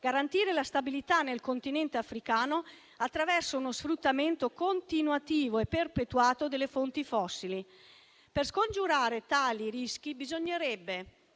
garantire la stabilità nel Continente africano attraverso uno sfruttamento continuativo e perpetuato delle fonti fossili. Per scongiurare tali rischi bisognerebbe